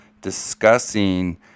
discussing